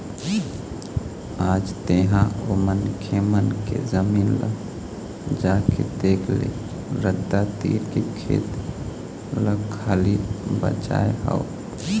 आज तेंहा ओ मनखे मन के जमीन ल जाके देख ले रद्दा तीर के खेत ल खाली बचाय हवय